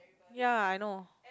ya I know